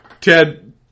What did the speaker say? Ted